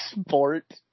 sport